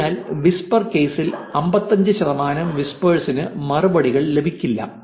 അതിനാൽ വിസ്പർ കേസിൽ 55 ശതമാനം വിസ്പേർസ് ന് മറുപടികൾ ലഭിക്കില്ല